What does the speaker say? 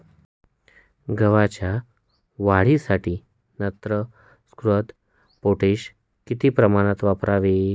गव्हाच्या वाढीसाठी नत्र, स्फुरद, पोटॅश किती प्रमाणात वापरावे?